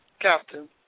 Captain